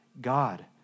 God